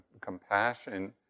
Compassion